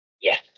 Yes